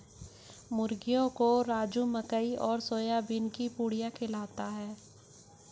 मुर्गियों को राजू मकई और सोयाबीन की पुड़िया खिलाता है